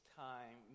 time